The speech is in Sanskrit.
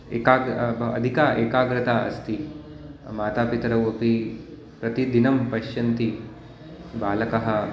एकाग्रता अधिका एकाग्रता अस्ति मातापितरौ अपि प्रतिदिनं पश्यन्ति बालकः